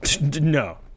No